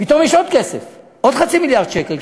פתאום יש עוד כסף, עוד חצי מיליארד שקל.